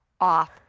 off